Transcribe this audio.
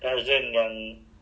they can come